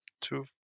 Two